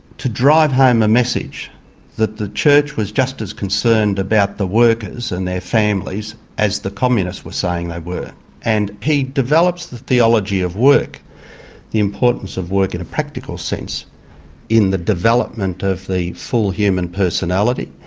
to drive home a message that the church was just as concerned about the workers and their families as the communists were saying they were and he develops the theology of work the importance of work in a practical sense in the development of the full human personality.